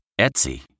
Etsy